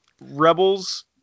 rebels